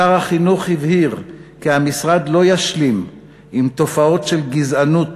שר החינוך הבהיר כי המשרד לא ישלים עם תופעות של גזענות